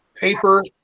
paper